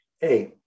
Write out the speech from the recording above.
Hey